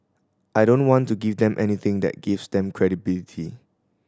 I don't want to give them anything that gives them credibility